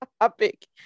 topic